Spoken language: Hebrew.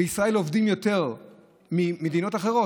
בישראל עובדים יותר ממדינות אחרות.